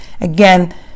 Again